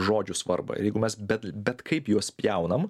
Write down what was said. žodžių svarbą ir jeigu mes bet bet kaip juos spjaunam